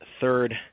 third